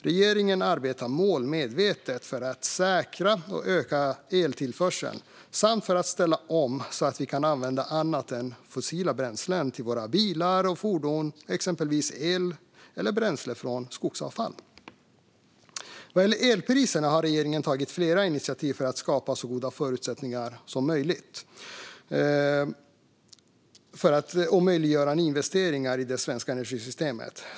Regeringen arbetar målmedvetet för att säkra och öka eltillförseln samt för att ställa om så att vi kan använda annat än fossila bränslen i våra bilar och fordon, exempelvis el eller bränsle från skogsavfall. Vad gäller elpriserna har regeringen tagit flera initiativ för att skapa så goda förutsättningar som möjligt att möjliggöra nyinvesteringar i det svenska energisystemet.